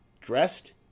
Dressed